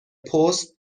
پست